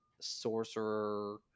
sorcerer